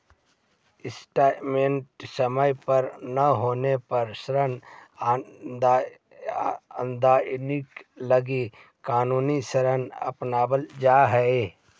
instalment समय पर न देवे पर ऋण अदायगी लगी कानूनी रास्ता अपनावल जा हई